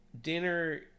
dinner